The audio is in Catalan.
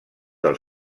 del